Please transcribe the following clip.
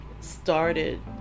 started